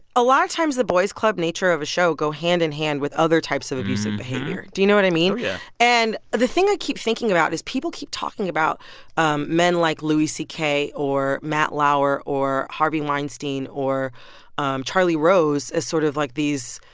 a lot of times the boys' club nature of a show go hand in hand with other types of abusive behavior. do you know what i mean? oh yeah and the thing i keep thinking about is people keep talking about um men like louis c k. or matt lauer or harvey weinstein or um charlie rose as sort of like these,